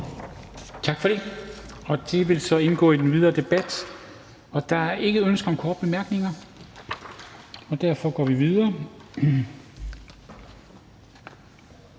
til vedtagelse vil indgå i den videre debat. Der er ikke ønsker om korte bemærkninger. Derfor går vi videre